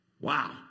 Wow